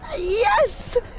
Yes